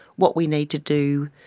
what we need to do.